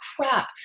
crap